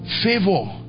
favor